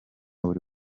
buri